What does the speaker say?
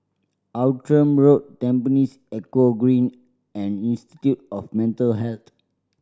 Outram Road Tampines Eco Green and Institute of Mental Health